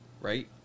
Right